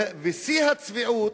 ושיא הצביעות,